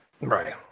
right